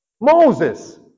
Moses